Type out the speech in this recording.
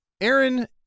Aaron